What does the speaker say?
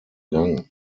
gang